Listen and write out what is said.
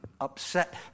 upset